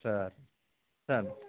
சேரி சரி